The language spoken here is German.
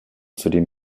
zudem